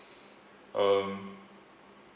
um